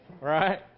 right